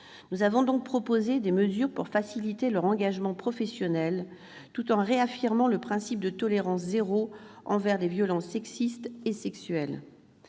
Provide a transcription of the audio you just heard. Nous avons donc proposé des mesures pour faciliter leur engagement professionnel, tout en réaffirmant le principe de tolérance zéro envers les violences sexistes et sexuelles.